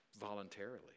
voluntarily